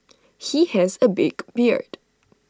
he has A big beard